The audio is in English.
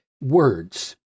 words